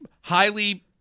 highly